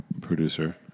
Producer